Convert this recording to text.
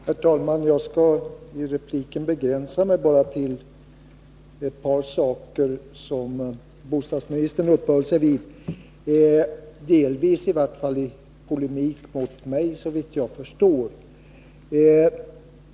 Herr talman! Jag skall i repliken begränsa mig till bara ett par saker som 16 december 1982 bostadsministern uppehöll sig vid, i vart fall delvis i polemik mot mig, såvitt jag förstår.